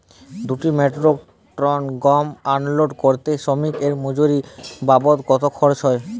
দুই metric ton গম unload করতে শ্রমিক এর মজুরি বাবদ কত খরচ হয়?